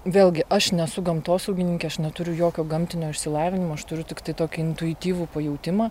vėlgi aš nesu gamtosaugininkė aš neturiu jokio gamtinio išsilavinimo aš turiu tiktai tokį intuityvų pajautimą